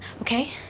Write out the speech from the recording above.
okay